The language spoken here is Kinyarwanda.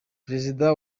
perezida